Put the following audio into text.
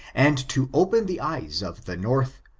and to open the eyes of the north,